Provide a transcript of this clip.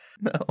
No